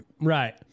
right